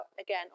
again